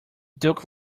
duke